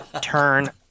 turn